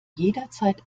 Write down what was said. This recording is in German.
jederzeit